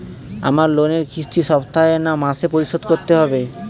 আমার লোনের কিস্তি সপ্তাহে না মাসে পরিশোধ করতে হবে?